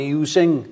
using